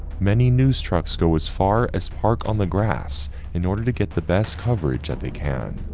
many news trucks go as far as park on the grass in order to get the best coverage that they can.